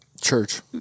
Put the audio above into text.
church